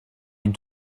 une